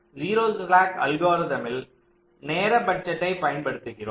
எனவே 0 slack algorithm இல் நேர பட்ஜெட்டை பயன்படுத்துகிறோம்